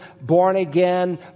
born-again